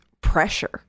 pressure